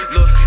Look